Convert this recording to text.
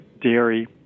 dairy